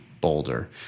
Boulder